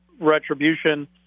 Retribution